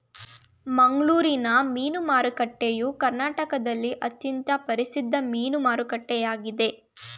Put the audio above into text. ಮಂಗಳೂರಿನ ಮೀನು ಮಾರುಕಟ್ಟೆಯು ಕರ್ನಾಟಕದಲ್ಲಿ ಅತ್ಯಂತ ಪ್ರಸಿದ್ಧ ಮೀನು ಮಾರುಕಟ್ಟೆಯಾಗಿದೆ